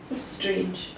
so strange